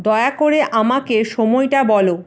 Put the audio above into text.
দয়া করে আমাকে সময়টা বলো